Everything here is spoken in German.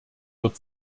wird